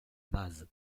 base